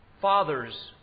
fathers